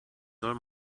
soll